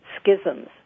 schisms